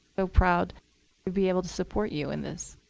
so proud to be able to support you in this.